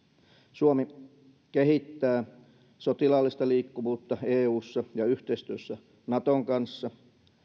suomi kehittää sotilaallista liikkuvuutta eussa ja yhteistyössä naton kanssa